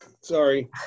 Sorry